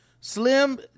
Slim